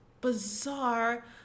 bizarre